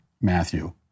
Matthew